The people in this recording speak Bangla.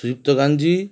সুদীপ্ত কাঞ্জি